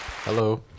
Hello